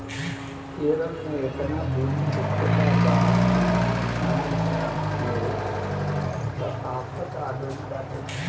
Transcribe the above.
केरल में एतना बुनी होखले बा की किसान के त आफत आगइल बाटे